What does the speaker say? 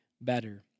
better